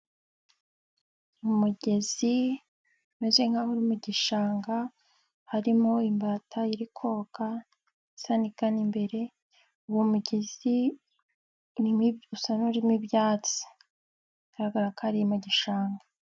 Umugezi umeze nk'aho uri mu gishanga harimo imbata iri koga isa igana imbere, uwo mugezi usa n'urimo ibyatsi, bigaragara ko ari mu gishanga.